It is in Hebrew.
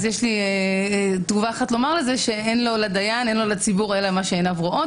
אפשר לומר את זה על כל תחום.